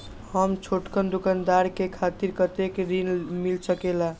हम छोटकन दुकानदार के खातीर कतेक ऋण मिल सकेला?